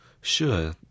Sure